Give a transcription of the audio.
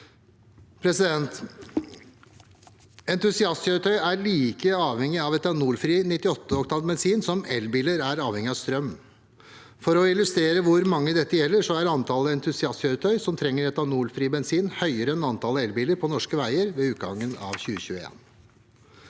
økende. Entusiastkjøretøy er like avhengig av etanolfri 98 oktan bensin som elbiler er avhengig av strøm. For å illustrere hvor mange dette gjelder, var antallet entusiastkjøretøy som trenger etanolfri bensin, høyere enn antallet elbiler på norske veier ved utgangen av 2021.